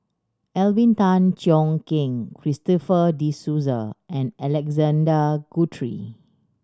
Alvin Tan Cheong Kheng Christopher De Souza and Alexander Guthrie